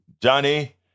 Johnny